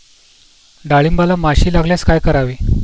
डाळींबाला माशी लागल्यास काय करावे?